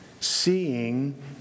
Seeing